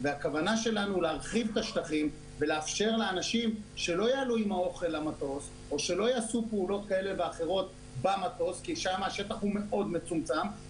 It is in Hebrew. הנקודה השלישית אנחנו ניהלנו במסגרת הזמן הקצר מאוד שהיה לנו,